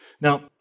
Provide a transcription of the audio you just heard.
Now